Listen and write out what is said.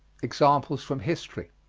examples from history.